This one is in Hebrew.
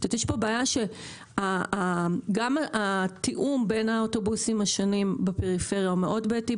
יש פה בעיה שגם התיאום בין האוטובוסים השונים בפריפריה הוא מאוד בעייתי,